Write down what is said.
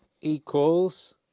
equals